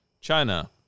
China